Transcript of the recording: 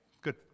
Good